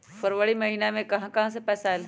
फरवरी महिना मे कहा कहा से पैसा आएल?